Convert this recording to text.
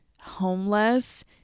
homeless